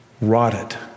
rotted